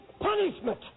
punishment